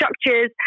structures